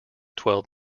twelve